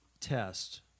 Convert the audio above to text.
test